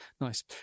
Nice